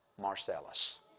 Marcellus